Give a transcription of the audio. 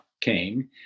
came